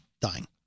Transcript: dying